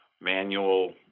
manual